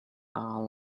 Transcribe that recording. are